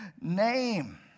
name